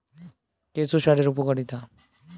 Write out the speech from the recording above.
কেঁচো সারের উপকারিতা?